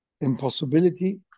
impossibility